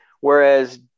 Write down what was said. Whereas